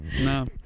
no